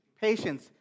patience